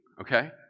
Okay